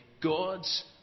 God's